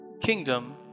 kingdom